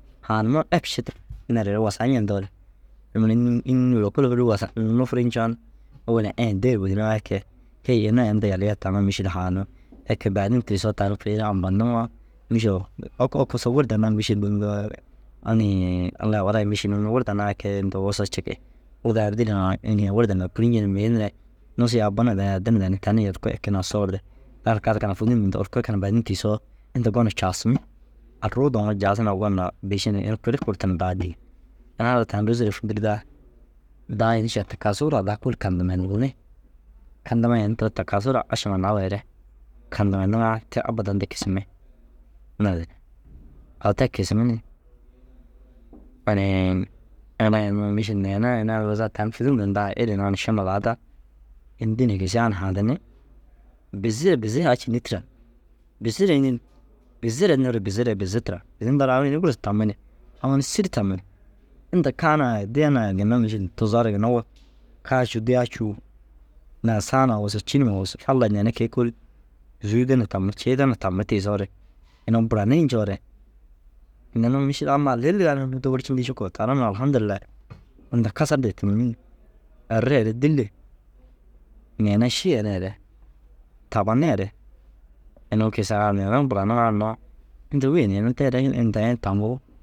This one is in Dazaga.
Haanimmoo eb ši tira. Inda re ru wusaa ñentoore ini mire înni înnii na lokol mire wusaa nufurii ncoo na ôwel ŋa eã dê ru bôdiniŋaa kee. Hêi ini ai inda yalii ai taŋa mîšil haaniŋ ai kee baadin tiisoo tani kui ru ampandiŋoo mîšil oko okoso wuda naa mîšil unnu inii Allai ware mîšil unnu wurda naa kee inta wosa ciki. Wudaa ru dîlli haa inii wurde numa kûlinci ni mii niree nusii au bu na danni addi na danni tanii orko ekeenaa soorde. Ara kaa ara kaa naa fûdur ninirde orko ai keenaa baadin tiisoo inta gonim caasimmi. Arruu daŋo jaas na gon na bîšin ini kuri kurtu na daa dîn. Ina ara tani roza fûdurdaa daa ini še kasuu raa daa kôoli kandamanintinni. Kandamai ini tira ta kasuu raa ašam naweere kadamaniŋaa te abbadan di kisimmi. Naazire au te kisimmi ni inii ini ai unnu mîšil neere ina ara zaa tani fûdur ninirdaa ye êra naani šimu laada. Ini dînei gisigaa na haadinni bizire bizii au cinni tira. Bizire înni unnu? Bizire ndoore bizire bizi tira. Bizi ndoore au ini gursa tammi ni au ini sîri tammi ni. Inta kaa naa ye diya ye ginna mîšil tuzoo ara wosa. Kaa cûu diyaa cûu naazire saa naa wosa cî numa wosu Allai ñenne ke- i kôoli zûude na tammi ciide na tammi tiisoore inuu buranii ncoore ini unnu mîšil amma Alla êligaa na unnu dôborcindii cikuu taara mura alhamdûlillai. Inda kasar duro tînimmi ni erreere dîlli neene ši yeneere tabaneere inuu kisaar nuŋ. Inuu buraniŋaa hinnoo inda wêen inuu tee re in indai na taŋuu